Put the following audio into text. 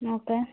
okay